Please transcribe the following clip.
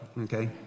Okay